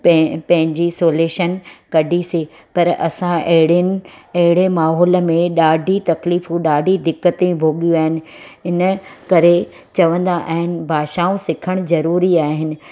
पंहिंजी सॉल्यूशन कढीसीं पर असां अहिड़े अहिड़े माहौल में ॾाढी तकलीफ़ू ॾाढी दिक़तू भोॻियूं आहिनि इन करे चवंदा आहिनि भाषाऊं सिखणु ज़रूरी आहिनि